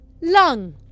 lung